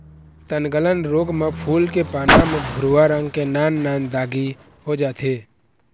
तनगलन रोग म फूल के पाना म भूरवा रंग के नान नान दागी हो जाथे